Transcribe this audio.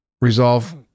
resolve